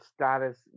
status